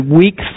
weak